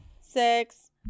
six